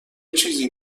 چیزی